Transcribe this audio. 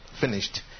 finished